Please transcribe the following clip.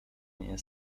nie